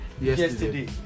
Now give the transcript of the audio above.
yesterday